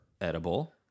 edible